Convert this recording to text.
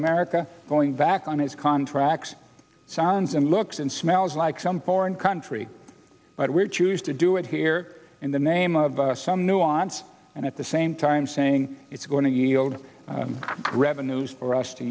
america going back on its contracts sounds and looks and smells like some porn country but we choose to do it here in the name of some nuance and at the same time saying it's going to yield revenues for us to